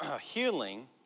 healing